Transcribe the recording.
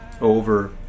over